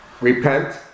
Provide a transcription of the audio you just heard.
repent